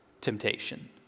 temptation